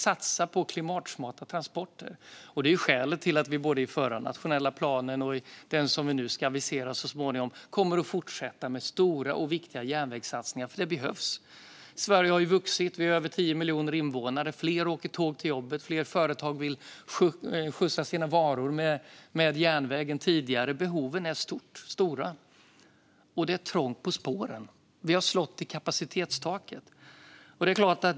Detta är skälet till att vi i både nuvarande och kommande nationella plan gör stora och viktiga järnvägssatsningar. Det behövs. Sverige har vuxit och har över 10 miljoner invånare. Fler åker tåg till jobbet, och fler företag än tidigare vill transportera sina varor med järnväg. Behoven är stora. Men det är trångt på spåren. Vi har slagit i kapacitetstaket.